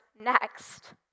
next